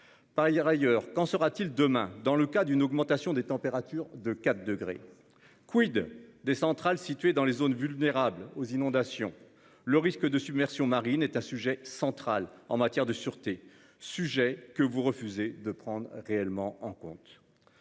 ailleurs qu'en sera-t-il demain dans le cas d'une augmentation des températures de 4 degrés. Quid des centrales situées dans les zones vulnérables aux inondations. Le risque de submersion marine est un sujet central en matière de sûreté, sujet que vous refusez de prendre réellement en compte.